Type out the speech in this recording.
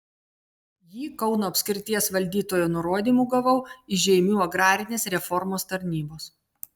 jį kauno apskrities valdytojo nurodymu gavau iš žeimių agrarinės reformos tarnybos